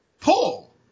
pull